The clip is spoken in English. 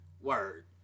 Word